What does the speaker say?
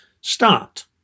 start